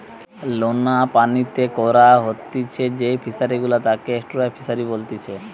লোনা পানিতে করা হতিছে যেই ফিশারি গুলা তাকে এস্টুয়ারই ফিসারী বলেতিচ্ছে